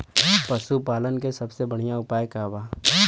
पशु पालन के सबसे बढ़ियां उपाय का बा?